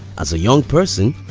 as a young person,